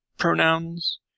pronouns